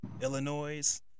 Illinois